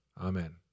amen